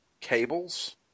cables